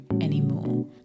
anymore